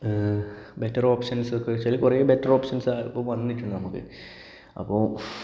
better options ഒക്കെ എന്ന് വെച്ചാല് കുറെ ബെറ്റർ ഓപ്ഷൻസ് ഇപ്പോൾ വന്നിട്ടുണ്ട് നമുക്ക് അപ്പോൾ